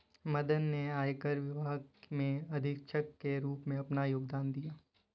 मदन ने आयकर विभाग में अधीक्षक के रूप में अपना योगदान दिया